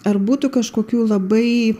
ar būtų kažkokių labai